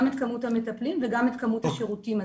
גם את כמות המטפלים וגם את כמות השירותים.